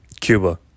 Cuba